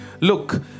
look